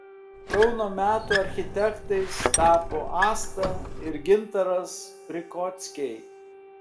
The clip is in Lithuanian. kauno metų architektais tapo asta ir gintaras prikockiai